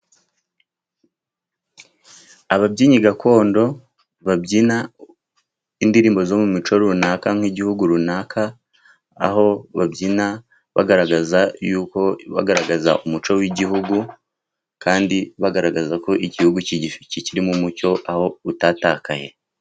Ababyinnyi gakondo, babyina indirimbo zo mu mico runaka nk'igihugu runaka, aho babyina bagaragaza yuko bagaragaza umuco w'igihugu, kandi bagaragaza ko igihugu kirimo umuco, aho utatakaye.